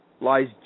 lies